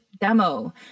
demo